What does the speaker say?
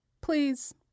please